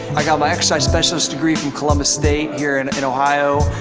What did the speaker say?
i've got my exercise specialist degree from columbus state here and in ohio.